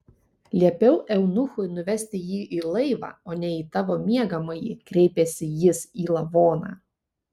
liepiau eunuchui nuvesti jį į laivą o ne į tavo miegamąjį kreipėsi jis į lavoną